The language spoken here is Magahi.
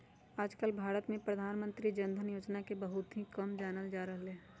आजकल भारत में प्रधानमंत्री जन धन योजना के बहुत ही कम जानल जा रहले है